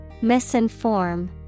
Misinform